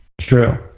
True